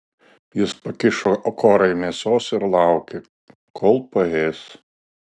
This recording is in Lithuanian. jis pakišo korai mėsos ir laukė kol paės